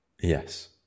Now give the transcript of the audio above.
Yes